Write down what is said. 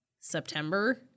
September